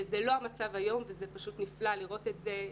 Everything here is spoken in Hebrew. זה לא המצב היום וזה פשוט נפלא לראות את זה.